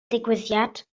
digwyddiad